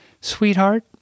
Sweetheart